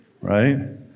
Right